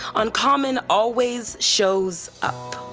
uncommon always shows up.